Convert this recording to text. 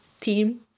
team